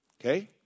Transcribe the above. Okay